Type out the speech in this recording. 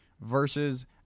versus